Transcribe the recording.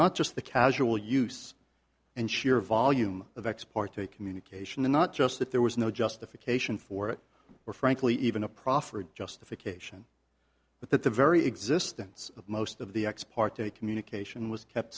not just the casual use and sheer volume of ex parte communication and not just that there was no justification for it or frankly even a proffered justification but that the very existence of most of the ex parte communication was kept